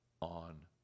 on